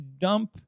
dump